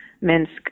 Minsk